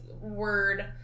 word